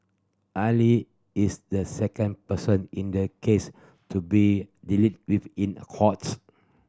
Ali is the second person in the case to be dealt with in court